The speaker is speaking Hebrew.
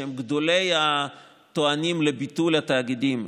שהם גדולי הטוענים לביטול התאגידים,